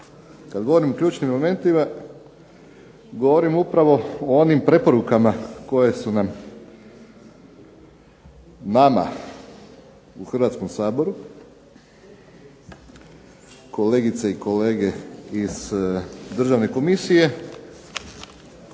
Kada govorim o ključnim elementima govorim upravo o onim preporukama koje su nama u Hrvatskom saboru kolegice i kolege iz Državne komisije